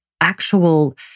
actual